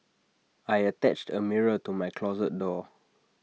I attached A mirror to my closet door